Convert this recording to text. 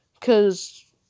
cause